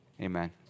Amen